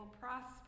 prosper